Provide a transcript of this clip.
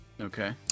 Okay